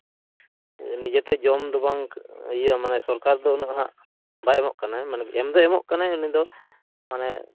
ᱱᱤᱡᱮᱛᱮ ᱡᱚᱢ ᱫᱚ ᱵᱟᱝ ᱤᱭᱟᱹ ᱢᱟᱱᱮ ᱥᱚᱨᱠᱟᱨ ᱫᱚ ᱩᱱᱟᱹᱜ ᱦᱟᱸᱜ ᱵᱟᱭ ᱮᱢᱚᱜ ᱠᱟᱱᱟ ᱢᱟᱱᱮ ᱮᱢ ᱫᱚᱭ ᱮᱢᱚᱜ ᱠᱟᱱᱟ ᱩᱱᱤ ᱫᱚᱭ ᱢᱟᱱᱮ